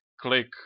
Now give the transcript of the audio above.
click